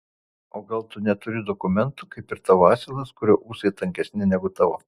o gal tu neturi dokumentų kaip ir tavo asilas kurio ūsai tankesni negu tavo